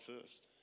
first